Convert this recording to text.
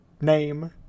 name